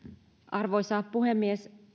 arvoisa puhemies